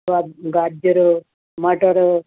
ਗਾ ਗਾਜਰ ਮਟਰ